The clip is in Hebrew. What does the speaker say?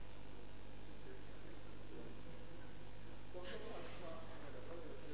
ההצעה להעביר את הנושא לוועדת הפנים והגנת הסביבה